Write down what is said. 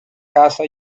casa